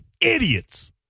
idiots